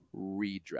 redraft